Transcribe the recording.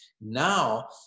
Now